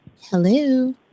Hello